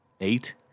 Eight